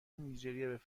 نیجریه